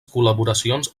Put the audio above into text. col·laboracions